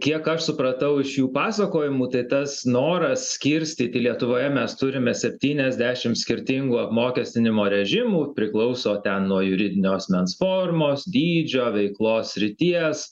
kiek aš supratau iš jų pasakojimų tai tas noras skirstyti lietuvoje mes turime septyniasdešim skirtingų apmokestinimo režimų priklauso ten nuo juridinio asmens formos dydžio veiklos srities